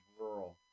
rural